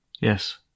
Yes